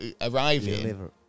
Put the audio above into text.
arriving